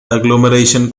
agglomeration